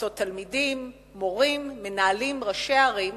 מועצות תלמידים, מורים, מנהלים, ראשי ערים,